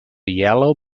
yellow